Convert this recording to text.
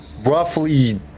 roughly